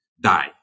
die